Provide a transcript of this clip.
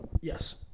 Yes